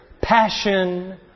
passion